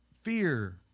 fear